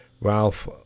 Ralph